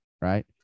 right